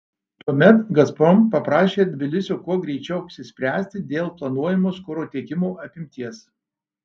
tuomet gazprom paprašė tbilisio kuo greičiau apsispręsti dėl planuojamos kuro tiekimų apimties